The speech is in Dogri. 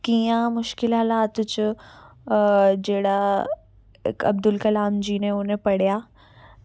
कि'यां मुश्कल हलात च जेह्ड़ा अब्दुल कलाम जी ने उ'नें पढ़ेआ